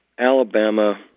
Alabama